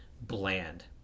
bland